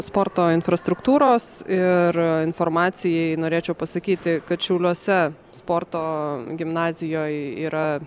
sporto infrastruktūros ir informacijai norėčiau pasakyti kad šiauliuose sporto gimnazijoj yra